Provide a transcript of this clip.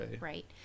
right